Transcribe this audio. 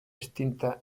extinta